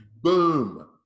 boom